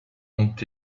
ont